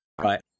right